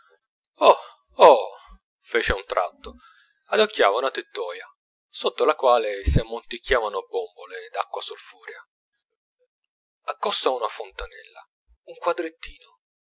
oh fece a un tratto adocchiava una tettoia sotto la quale si ammonticchiavano bombole d'acqua solfurea accosto a una fontanella un quadrettino